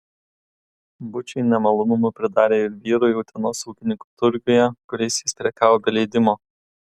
bučiai nemalonumų pridarė ir vyrui utenos ūkininkų turguje kuriais jis prekiavo be leidimo